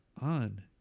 on